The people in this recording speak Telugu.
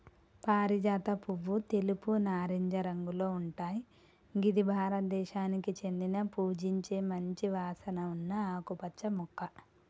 పారిజాత పువ్వు తెలుపు, నారింజ రంగులో ఉంటయ్ గిది భారతదేశానికి చెందిన పూజించే మంచి వాసన ఉన్న ఆకుపచ్చ మొక్క